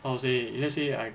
how to say if let's say I